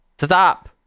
Stop